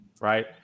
right